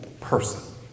person